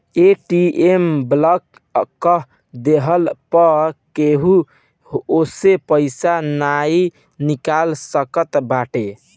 ATM block कअ देहला पअ केहू ओसे पईसा नाइ निकाल सकत बाटे